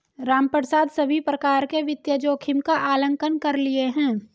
रामप्रसाद सभी प्रकार के वित्तीय जोखिम का आंकलन कर लिए है